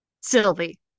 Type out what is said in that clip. Sylvie